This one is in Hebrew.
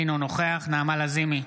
אינו נוכח נעמה לזימי,